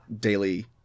daily